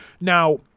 Now